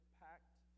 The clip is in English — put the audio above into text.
packed